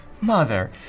Mother